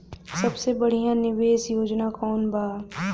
सबसे बढ़िया निवेश योजना कौन बा?